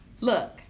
Look